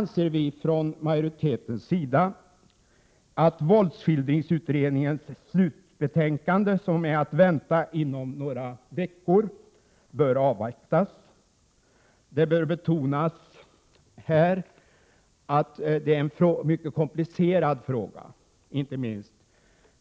Utskottsmajoriteten anser att våldsskildringsutredningens slutbetänkande, som är att vänta inom några veckor, bör avvaktas. Här bör betonas att det är en mycket komplicerad fråga, inte minst